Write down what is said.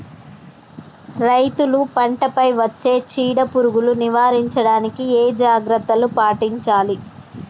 రైతులు పంట పై వచ్చే చీడ పురుగులు నివారించడానికి ఏ జాగ్రత్తలు పాటించాలి?